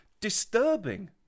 disturbing